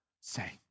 say